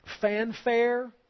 fanfare